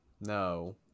no